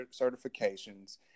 certifications